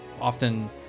often